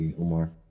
Omar